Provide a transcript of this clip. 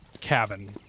cabin